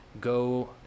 go